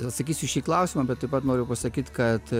atsakysiu į šį klausimą bet taip pat noriu pasakyt kad